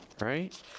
right